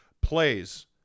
plays –